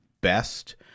best